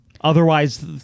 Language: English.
Otherwise